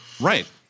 Right